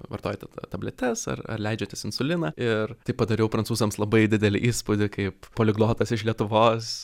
vartojate ta tabletes ar ar leidžiatės insuliną ir tai padariau prancūzams labai didelį įspūdį kaip poliglotas iš lietuvos